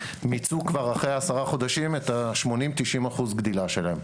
מיצו כבר אחרי עשרה חודשים 90-80 אחוז מהגדילה שלהם.